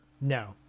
No